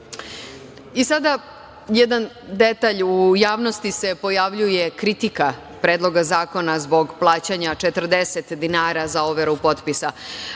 jedan detalj. U javnosti se pojavljuje kritika Predloga zakona zbog plaćanja 40 dinara za overu potpisa,